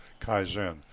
Kaizen